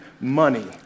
money